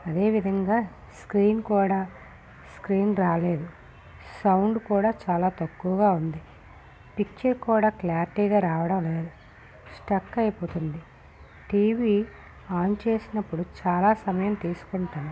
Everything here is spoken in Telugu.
అదే విధంగా స్క్రీన్ కూడా స్క్రీన్ రాలేదు సౌండ్ కూడా చాలా తక్కువగా ఉంది పిక్చర్ కూడా క్లారిటీగా రావడం లేదు స్టక్ అయిపోతుంది టీవీ ఆన్ చేసినప్పుడు చాలా సమయం తీసుకుంటుంది